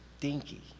dinky